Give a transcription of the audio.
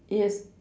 yes